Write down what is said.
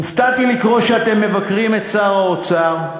הופתעתי לקרוא שאתם מבקרים את שר האוצר,